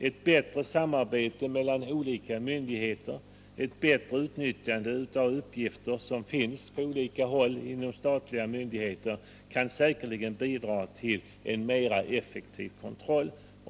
Ett bättre samarbete mellan skilda myndigheter och ett bättre utnyttjande av de uppgifter som finns hos statliga myndigheter kan säkert bidra till en effektivare kontroll.